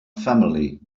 family